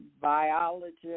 biologist